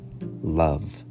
love